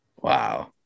wow